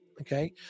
Okay